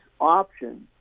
options